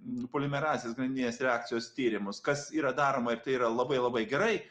polimerazės grandininės reakcijos tyrimus kas yra daroma ir tai yra labai labai gerai